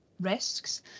risks